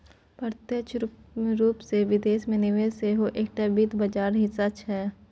प्रत्यक्ष रूपसँ विदेश मे निवेश सेहो एकटा वित्त बाजारक हिस्सा छै